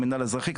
המינהל האזרחי,